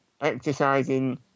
exercising